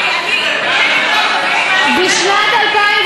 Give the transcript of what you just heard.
בשנת 2012